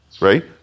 right